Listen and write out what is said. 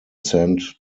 sent